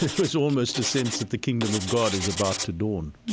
it was almost a sense that the kingdom of god is about to dawn.